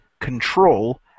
control